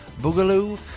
Boogaloo